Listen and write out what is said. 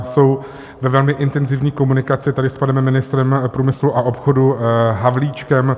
Jsou ve velmi intenzivní komunikaci tady s panem ministrem průmyslu a obchodu Havlíčkem.